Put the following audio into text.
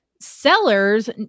sellers